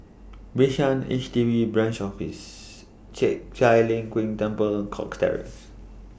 Bishan H D B Branch Office Chek Chai Long Chuen Temple Cox Terrace